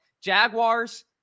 jaguars